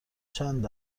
چند